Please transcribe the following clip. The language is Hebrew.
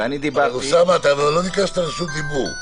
אוסאמה, לא ביקשת רשות דיבור.